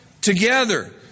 together